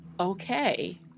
Okay